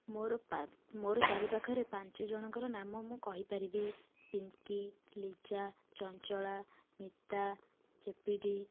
ମୋର ପା ମୋର ଚାରି ପାଖରେ ପାଞ୍ଚ ଜଣଙ୍କର ନାମ ମୁଁ କହି ପାରିବି ପିଙ୍କି ଲିଜା ଚଞ୍ଚଳା ମିତା ଚେପିଡ଼ି